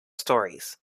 stories